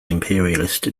imperialist